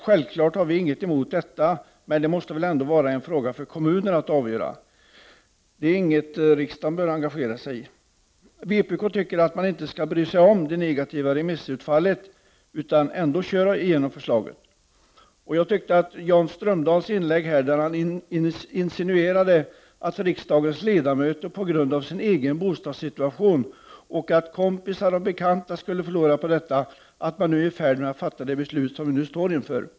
Självklart har vi inget emot detta, men det måste väl ändå vara en fråga för kommunerna att avgöra. Det är inget riksdagen bör engagera sig i. Vpk tycker att man inte skall bry sig om det negativa remissutfallet, utan ändå köra igenom förslaget. Jan Strömdahl insinuerade att riksdagens ledamöter på grund av sin egen, kompisars och bekantas situation skulle vara i färd med att fatta det beslut som vi nu står inför.